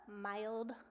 mild